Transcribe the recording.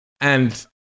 And-